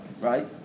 right